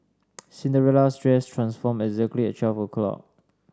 Cinderella's dress transformed exactly at twelve o'clock